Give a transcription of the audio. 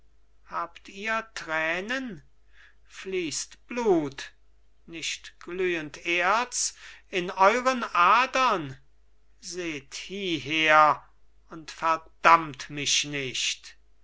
habt ihr tränen fließt blut nicht glühend erz in euren adern seht hieher und verdammt mich nicht